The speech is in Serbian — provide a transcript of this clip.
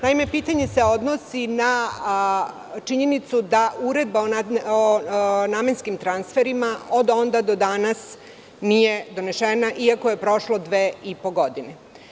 Naime, pitanje se odnosi na činjenicu da Uredba o namenskim transferima od onda do danas nije donesena, iako je prošlo dve i po godine.